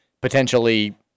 potentially